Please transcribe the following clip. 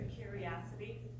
Curiosity